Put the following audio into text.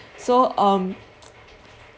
so um